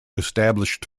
established